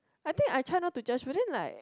I think I try not to judge but then like